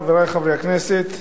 חברי חברי הכנסת,